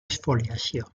exfoliació